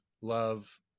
love